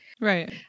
Right